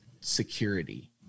security